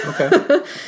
Okay